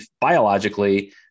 biologically